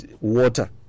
water